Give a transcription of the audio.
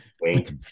wait